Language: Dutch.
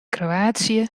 kroatië